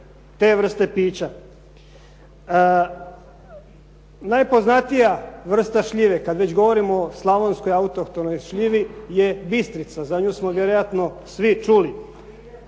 te vrste pića. Najpoznatija vrsta šljive, kad već govorimo o slavonskoj autohtonoj šljivi je bistrica, za nju smo vjerojatno svi čuli.